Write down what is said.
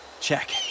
check